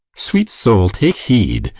sweet soul, take heed,